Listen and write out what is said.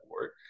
work